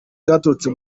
zaturutse